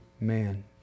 man